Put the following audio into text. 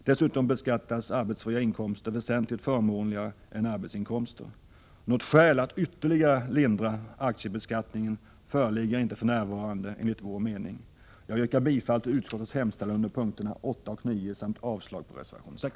Dessutom beskattas arbetsfria inkomster väsentligt förmånligare än arbetsinkomster. Något skäl att ytterligare lindra aktiebeskattningen föreligger för närvarande inte, enligt vår mening. Jag yrkar bifall till utskottets hemställan under punkterna 8 och 9 samt avslag på reservation 6.